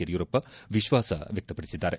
ಯಡಿಯೂರಪ್ಪ ವಿಶ್ವಾಸ ವ್ಯಕ್ತಪಡಿಸಿದ್ದಾರೆ